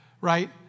right